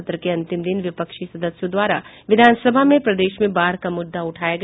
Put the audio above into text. सत्र के अंतिम दिन विपक्षी सदस्यों द्वारा विधानसभा में प्रदेश में बाढ़ का मुद्दा उठाया गया